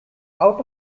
out